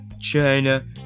China